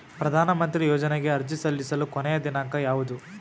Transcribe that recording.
ಪ್ರಧಾನ ಮಂತ್ರಿ ಯೋಜನೆಗೆ ಅರ್ಜಿ ಸಲ್ಲಿಸಲು ಕೊನೆಯ ದಿನಾಂಕ ಯಾವದು?